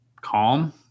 calm